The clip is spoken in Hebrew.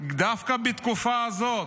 דווקא בתקופה הזאת.